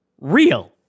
real